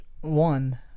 one